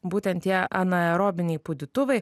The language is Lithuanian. būtent tie anaerobiniai pūdytuvai